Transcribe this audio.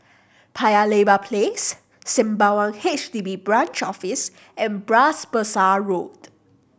Paya Lebar Place Sembawang H D B Branch Office and Bras Basah Road